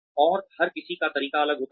और हर किसी का तरीका अलग होता है